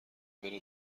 بره